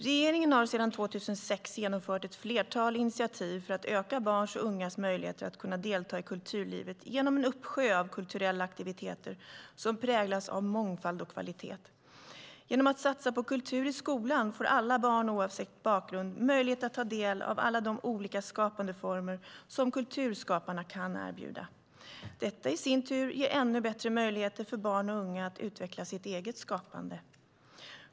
Regeringen har sedan 2006 genomfört ett flertal initiativ för att öka barns och ungas möjligheter att delta i kulturlivet genom en uppsjö av kulturella aktiviteter som präglas av mångfald och kvalitet. Genom att satsa på kultur i skolan får alla barn oavsett bakgrund möjlighet att ta del av alla de olika skapandeformer som kulturskaparna kan erbjuda. Detta i sin tur ger ännu bättre möjligheter för barn och unga att utveckla sitt eget skapande.